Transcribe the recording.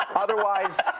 otherwise,